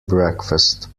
breakfast